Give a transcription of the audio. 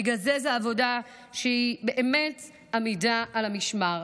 בגלל זה זאת עבודה שהיא באמת עמידה על המשמר.